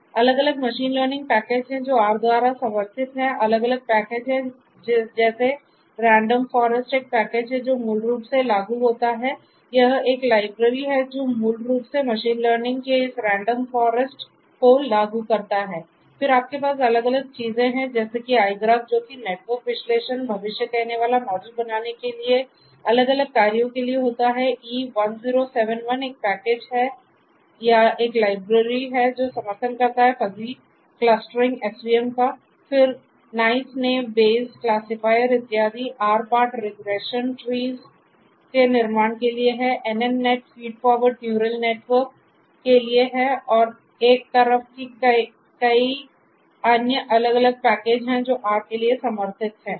तो अलग अलग मशीन लर्निंग पैकेज हैं जो R द्वारा समर्थित हैं अलग अलग पैकेज हैं जैसे रेंडम फॉरेस्ट को लागू करता है फिर आपके पास अलग अलग चीजें हैं जैसे कि igraph जो कि नेटवर्क विश्लेषण भविष्य कहनेवाला मॉडल बनाने के लिए अलग अलग कार्यों के लिए होता है e1071 एक पैकेज या एक लाइब्रेरी के लिए है और एक तरफ कि कई अन्य अलग अलग पैकेज हैं जो R के लिए समर्थित हैं